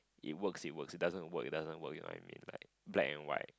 it works it works it doesn't work it doesn't work you what I mean like black and white